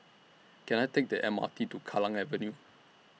Can I Take The M R T to Kallang Avenue